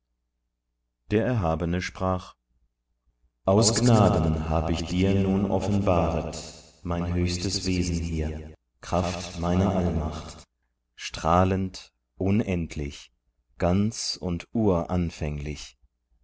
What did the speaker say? der erhabene sprach aus gnaden hab ich dir nun offenbaret mein höchstes wesen hier kraft meiner allmacht strahlend unendlich ganz und